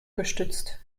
gestützt